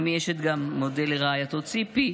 עמי אשד גם מודה לרעייתו ציפי,